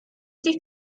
ydy